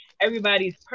Everybody's